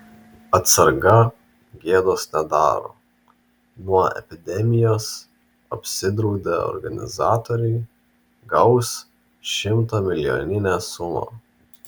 atsarga gėdos nedaro nuo epidemijos apsidraudę organizatoriai gaus šimtamilijoninę sumą